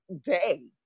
day